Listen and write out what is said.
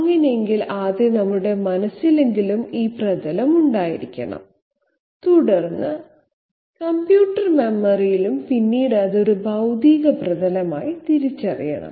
അങ്ങനെയെങ്കിൽ ആദ്യം നമ്മുടെ മനസ്സിലെങ്കിലും ഈ പ്രതലം ഉണ്ടായിരിക്കണം തുടർന്ന് കമ്പ്യൂട്ടർ മെമ്മറിയിലും പിന്നീട് അത് ഒരു ഭൌതിക പ്രതലമായി തിരിച്ചറിയണം